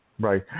right